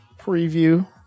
preview